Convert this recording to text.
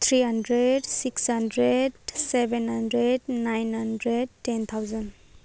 three hundred six hundred seven hundred nine hundred ten thousand